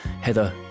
Heather